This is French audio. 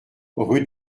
rue